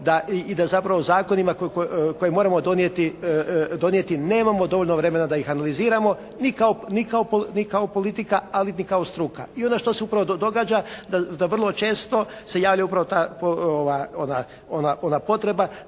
i da zapravo zakonima koje moramo donijeti nemamo dovoljno vremena da ih analiziramo ni kao politika ali ni kao struka. I onda što se upravo događa? Da vrlo često se javlja upravo ta, ona potreba